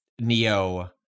Neo